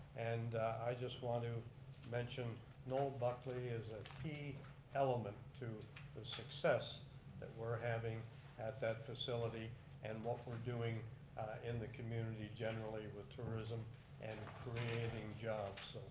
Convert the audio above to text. and i just want to mention noel buckley is a key element to the success that we're having at that facility and what we're doing in the community generally with tourism and creating jobs.